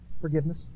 Forgiveness